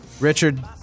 Richard